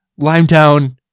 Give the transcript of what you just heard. Limetown